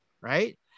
right